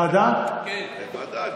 אין לי בעיה.